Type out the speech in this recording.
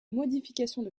modifications